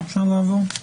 אפשר לעבור.